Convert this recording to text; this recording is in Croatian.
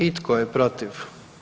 I tko je protiv?